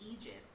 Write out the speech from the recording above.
Egypt